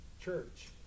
church